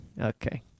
okay